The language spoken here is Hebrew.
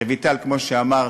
רויטל, כמו שאמרת,